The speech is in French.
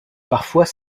parfois